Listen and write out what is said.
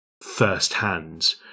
firsthand